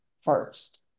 first